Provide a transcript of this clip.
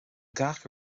gach